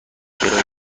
کرایه